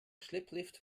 schlepplift